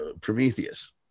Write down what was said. prometheus